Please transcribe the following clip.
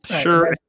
Sure